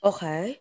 Okay